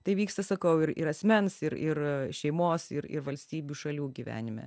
tai vyksta sakau ir ir asmens ir ir šeimos ir ir valstybių šalių gyvenime